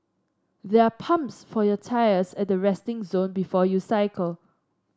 there are pumps for your tyres at the resting zone before you cycle